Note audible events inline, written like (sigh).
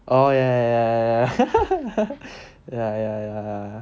oh ya lor ya ya (laughs) ya ya ya